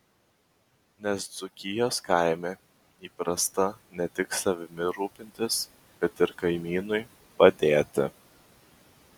nes dzūkijos kaime įprasta ne tik savimi rūpintis bet ir kaimynui padėti